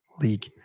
League